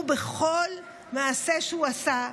הוא, בכל מעשה שהוא עשה,